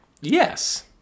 Yes